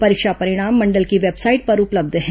परीक्षा परिणाम मंडल की वेबसाइट पर उपलब्ध है